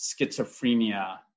schizophrenia